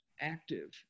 active